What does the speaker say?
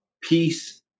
peace